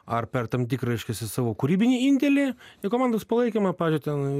ar per tam tikrą reiškiasi savo kūrybinį indėlį į komandos palaikymą pavyzdžiui ten